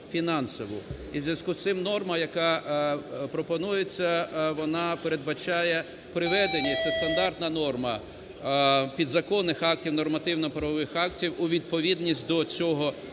І в зв'язку із цим норма, яка пропонується, вона передбачає приведення - це стандартна норма, - підзаконних актів, нормативно-правових актів у відповідність до цього закону,